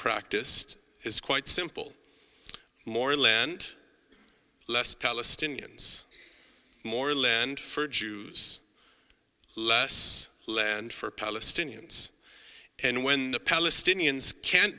practiced is quite simple more land less palestinians more land for jews less land for palestinians and when the palestinians can't